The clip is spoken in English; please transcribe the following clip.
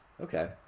Okay